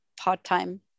part-time